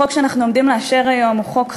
החוק שאנחנו עומדים לאשר היום הוא חוק חשוב,